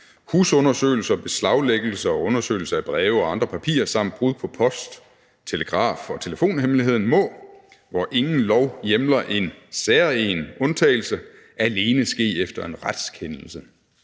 Husundersøgelse, beslaglæggelse og undersøgelse af breve og andre papirer samt brud på post-, telegraf- og telefonhemmeligheden må, hvor ingen lov hjemler en særegen undtagelse, alene ske efter en retskendelse«.